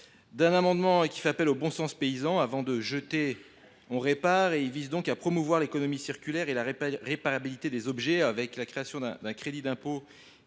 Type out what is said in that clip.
Notre amendement fait appel au bon sens paysan : avant de jeter, on répare. Il vise donc à promouvoir l’économie circulaire et la réparabilité des objets, avec la création d’un crédit d’impôt,